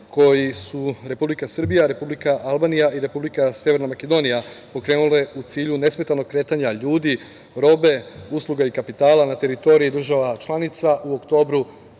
koji su Republika Srbija, Republike Albanija i Republika Severna Makedonija pokrenule u cilju nesmetanog kretanja ljudi, robe, usluga i kapitala na teritoriji država članica u oktobru